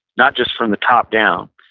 not just from the top down.